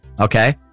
Okay